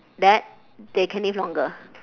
that they can live longer